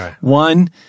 One